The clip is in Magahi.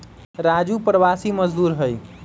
राजू प्रवासी मजदूर हई